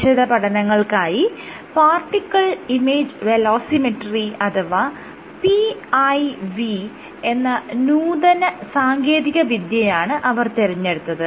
വിശദപഠനങ്ങൾക്കായി particle image velocimetry അഥവാ PIV എന്ന നൂതന സാങ്കേതിക വിദ്യയാണ് അവർ തിരഞ്ഞെടുത്തത്